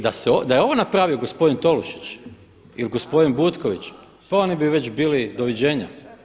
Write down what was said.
Da je ovo napravio gospodin Tolušić ili gospodin Butković, pa oni bi već bili „doviđenja“